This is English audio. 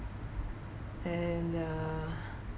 and err